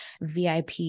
VIP